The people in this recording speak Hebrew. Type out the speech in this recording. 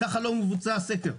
ככה לא מבוצע הסקר.